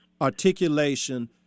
articulation